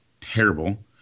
terrible